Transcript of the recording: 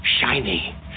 Shiny